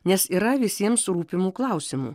nes yra visiems rūpimų klausimų